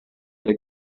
der